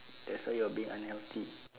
that's why you're being unhealthy